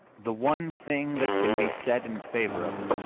the one thing that can be said in favor of it